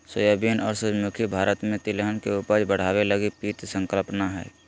soybean और सूरजमुखी भारत में तिलहन के उपज बढ़ाबे लगी पीत संकल्पना हइ